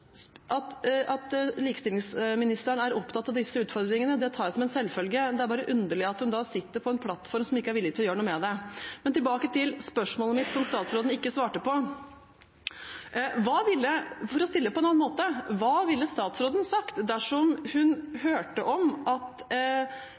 å jobbe. At likestillingsministeren er opptatt av disse utfordringene, tar jeg som en selvfølge, men det er bare underlig at hun da sitter på en plattform som ikke er villig til å gjøre noe med det. Tilbake til spørsmålet mitt, som statsråden ikke svarte på, og som jeg vil stille på en annen måte: Hva ville statsråden sagt dersom hun